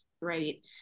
right